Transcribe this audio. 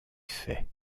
faits